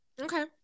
Okay